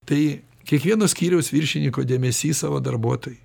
tai kiekvieno skyriaus viršininko dėmesys savo darbuotojui